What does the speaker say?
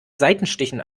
seitenstichen